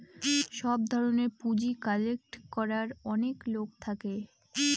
সব ধরনের পুঁজি কালেক্ট করার অনেক লোক থাকে